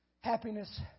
Happiness